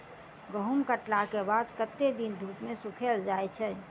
गहूम कटला केँ बाद कत्ते दिन धूप मे सूखैल जाय छै?